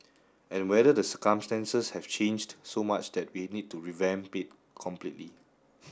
and whether the circumstances have changed so much that we need to revamp it completely